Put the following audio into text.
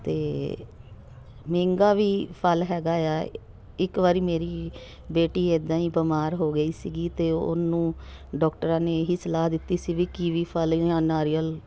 ਅਤੇ ਮਹਿੰਗਾ ਵੀ ਫਲ ਹੈਗਾ ਆ ਇੱਕ ਵਾਰੀ ਮੇਰੀ ਬੇਟੀ ਇੱਦਾਂ ਹੀ ਬਿਮਾਰ ਹੋ ਗਈ ਸੀਗੀ ਅਤੇ ਉਹਨੂੰ ਡੋਕਟਰਾਂ ਨੇ ਇਹੀ ਸਲਾਹ ਦਿੱਤੀ ਸੀ ਵੀ ਕੀਵੀ ਫਲ ਜਾਂ ਨਾਰੀਅਲ